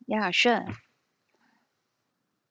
ya sure